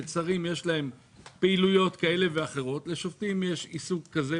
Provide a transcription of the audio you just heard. תחילתה של החלטה זו ביום ח' בטבת התשפ"ג (1